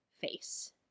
face